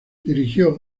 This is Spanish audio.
dirigió